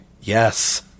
yes